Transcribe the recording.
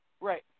Right